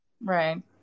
Right